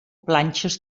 planxes